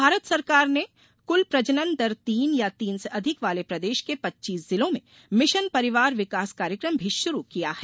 भारत सरकार ने कुल प्रजनन दर तीन या तीन से अधिक वाले प्रदेश के पच्चीस जिलों में मिशन परिवार विकास कार्यक्रम भी शुरू किया है